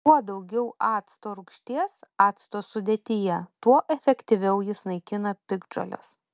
kuo daugiau acto rūgšties acto sudėtyje tuo efektyviau jis naikina piktžoles